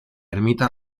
ermita